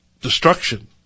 destruction